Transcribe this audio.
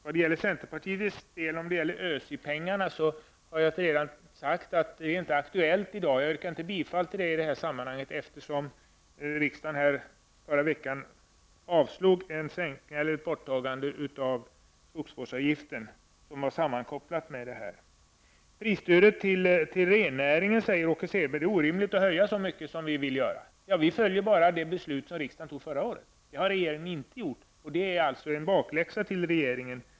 När det gäller centerpartiet och ÖSI pengarna har jag redan sagt att den reservationen inte är aktuell i dag. Jag har inte yrkat bifall till den i det här sammanhanget. Riksdagen avslog i förra veckan ett borttagande av skogsvårdsavgiften som är sammankopplad till ÖSI. Åke Selberg säger att det är orimligt att höja prisstödet till rennäringen. Vi följer bara det beslut som riksdagen fattade förra året. Det har regeringen inte gjort. Det är en bakläxa till regeringen.